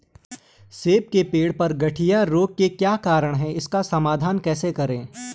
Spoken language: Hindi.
सेब के पेड़ पर गढ़िया रोग के क्या कारण हैं इसका समाधान कैसे करें?